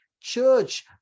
church